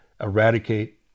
eradicate